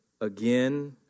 again